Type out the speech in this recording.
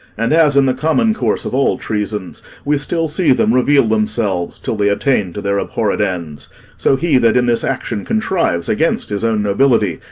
and as in the common course of all treasons we still see them reveal themselves till they attain to their abhorr'd ends so he that in this action contrives against his own nobility,